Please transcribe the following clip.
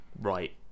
right